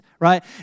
right